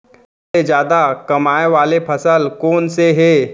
सबसे जादा कमाए वाले फसल कोन से हे?